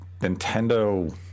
Nintendo